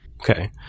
Okay